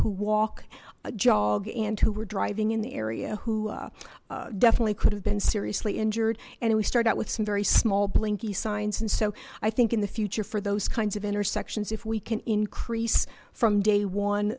who walk a jog and who were driving in the area who definitely could have been seriously injured and we started out with some very small blinky signs and so i think in the future for those kinds of intersections if we can increase from day one